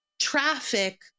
traffic